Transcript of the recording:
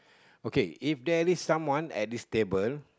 okay if there is someone at this table